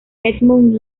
edmund